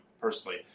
personally